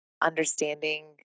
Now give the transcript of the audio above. understanding